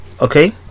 okay